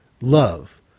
love